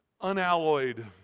unalloyed